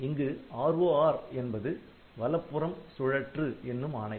இங்கு ROR என்பது வலப்புறம் சுழற்று என்னும் ஆணை